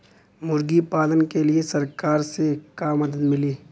मुर्गी पालन के लीए सरकार से का मदद मिली?